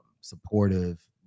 supportive